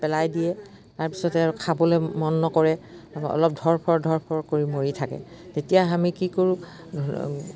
পেলাই দিয়ে তাৰপিছতে আৰু খাবলে মন নকৰে অলপ ধৰফৰ ধ ৰফৰ কৰি মৰি থাকে তেতিয়া আমি কি কৰোঁ